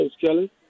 Kelly